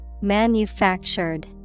Manufactured